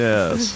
Yes